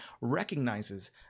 recognizes